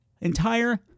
Entire